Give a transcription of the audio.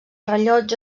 rellotge